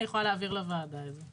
אני יכולה להעביר לוועדה את זה.